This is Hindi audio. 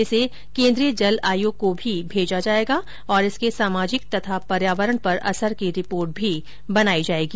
इसे केन्द्रीय जल आयोग को भी भेजा जायेगा और इसके सामाजिक तथा पर्यावरण पर असर की रिपोर्ट भी बनाई जायेगी